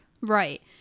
Right